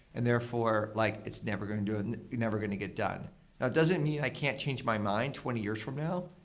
and therefore, like it's never going and and never going to get done. it doesn't mean i can't change my mind twenty years from now,